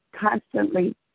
constantly